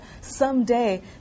someday